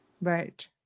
Right